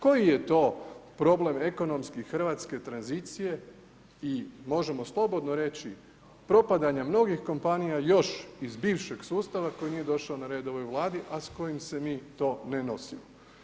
Koji je to problem, ekonomske hrvatske tranzicije i možemo slobodno reći, propadanje mnogih kompanija još iz bivšeg sustava, koji nije došao na red u ovoj Vladi, a s kojim se mi to ne nosimo?